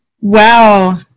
Wow